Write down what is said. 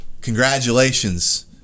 Congratulations